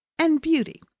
and beauty,